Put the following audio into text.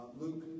Luke